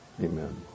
Amen